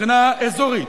מבחינה אזורית,